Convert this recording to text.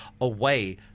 away